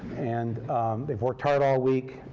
and they've worked hard all week,